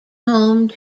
home